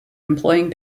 employing